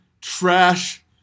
trash